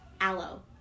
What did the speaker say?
aloe